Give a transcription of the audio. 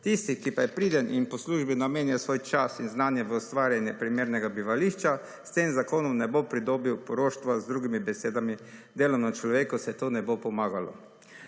Tisti, ki pa je priden in po službi namenja svoj čas in znanje v ustvarjanje primernega bivališča, s tem zakonom ne bo pridobil poroštva, z drugimi besedami delovnemu človeku vse to ne bo pomagalo.